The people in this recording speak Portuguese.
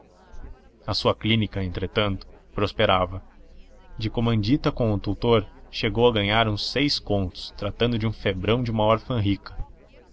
a sua clínica entretanto prosperava de comandita com o tutor chegou a ganhar uns seis contos tratando de um febrão de uma órfã rica